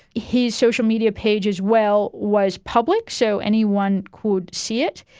his social media page as well was public, so anyone could see it.